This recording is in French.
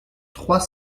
trois